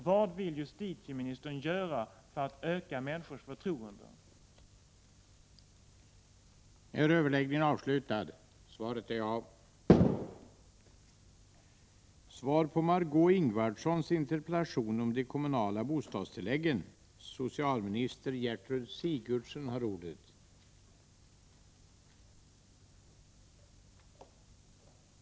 Vad vill justitieministern göra för att öka människors förtroende för offentliga register?